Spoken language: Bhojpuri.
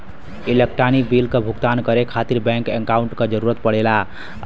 इलेक्ट्रानिक बिल क भुगतान करे खातिर बैंक अकांउट क जरूरत पड़ला